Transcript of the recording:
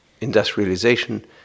industrialization